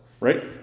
right